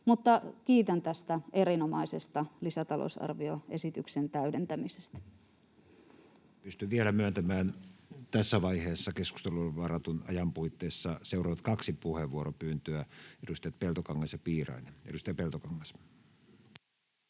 Kiitän tästä erinomaisesta lisätalousarvioesityksen täydentämisestä. Pystyn vielä myöntämään tässä vaiheessa keskusteluun varatun ajan puitteissa seuraavat kaksi puheenvuoropyyntöä: edustajat Peltokangas ja Piirainen.